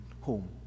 home